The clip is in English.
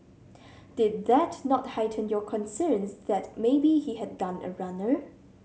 did that not heighten your concerns that maybe he had done a runner